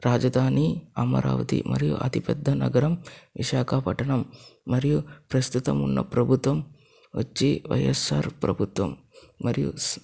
రాజధాని అమరావతి మరియు అతిపెద్ద నగరం విశాఖపట్టణం మరియు ప్రస్తుతం ఉన్న ప్రభుత్వం వచ్చి వైయస్ఆర్ ప్రభుత్వం మరియు